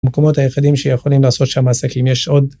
במקומות היחידים שיכולים לעשות שם עסקים יש עוד